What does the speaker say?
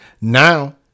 Now